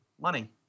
money